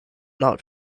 not